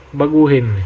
baguhin